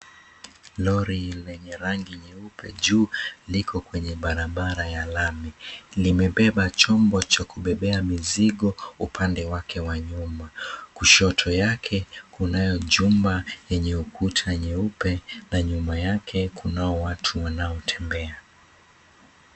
Lori lenye rangi nyeupe juu liko kwenye barabara ya lami, limebeba chombo cha kubebea mizigo upande wake wa nyuma, kushoto yake kunayo jumba yenye kuta nyeupe na nyuma yao kunao watu wanaotembea.